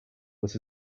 was